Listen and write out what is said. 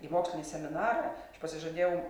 į mokslinį seminarą pasižadėjau